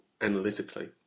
analytically